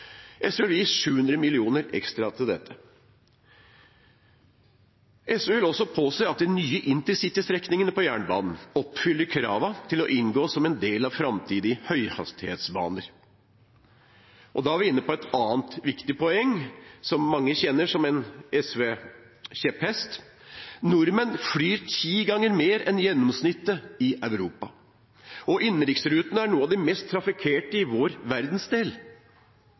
SV vil gi 700 mill. kr ekstra til dette. SV vil også påse at de nye intercitystrekningene på jernbanen oppfyller kravene til å inngå som en del av framtidige høyhastighetsbaner. Da er vi inne på et annet viktig poeng, som mange kjenner som en SV-kjepphest. Nordmenn flyr ti ganger mer enn gjennomsnittet i Europa. Innenriksrutene er noen av de mest trafikkerte i vår verdensdel.